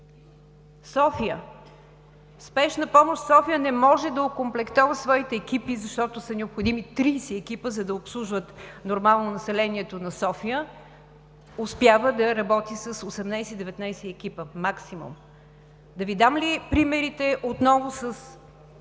София „Спешна помощ“ – София, не може да окомплектова своите екипи, защото са необходими 30 екипа, за да обслужват нормално населението на София, а успява да работи с 18 – 19 екипа максимум. Да Ви дам ли примерите отново с